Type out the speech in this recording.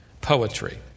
poetry